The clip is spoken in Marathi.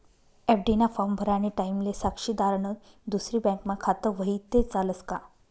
एफ.डी ना फॉर्म भरानी टाईमले साक्षीदारनं दुसरी बँकमा खातं व्हयी ते चालस का